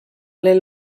l’aile